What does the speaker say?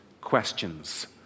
questions